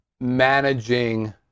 managing